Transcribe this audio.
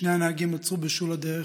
שני הנהגים עצרו בשול הדרך,